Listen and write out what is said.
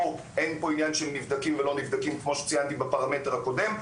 אין פה עניין של נבדקים ולא נבדקים כמו שציינתי בפרמטר הקודם.